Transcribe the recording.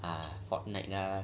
ah fortnite ah